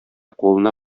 кулына